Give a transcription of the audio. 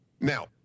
now